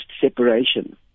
separation